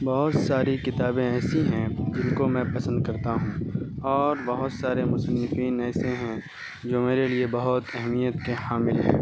بہت ساری کتابیں ایسی ہیں جن کو میں پسند کرتا ہوں اور بہت سارے مصنفین ایسے ہیں جو میرے لیے بہت اہمیت کے حامل ہیں